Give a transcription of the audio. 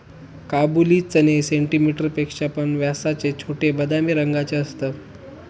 काबुली चणे सेंटीमीटर पेक्षा पण व्यासाचे छोटे, बदामी रंगाचे असतत